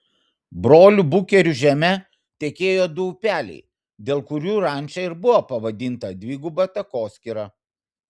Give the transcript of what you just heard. brolių bukerių žeme tekėjo du upeliai dėl kurių ranča ir buvo pavadinta dviguba takoskyra